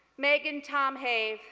megan tomhave,